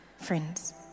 Friends